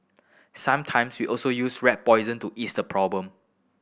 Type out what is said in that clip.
sometimes we also use rat poison to ease the problem